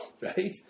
right